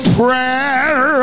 prayer